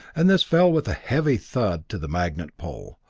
and this fell with a heavy thud to the magnet pole,